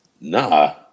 Nah